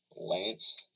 Lance